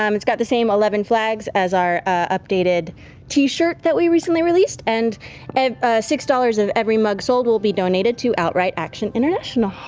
um it's got the same eleven flags as our updated t-shirt that we recently released, and and six dollars of every mug sold will be donated to outright action international.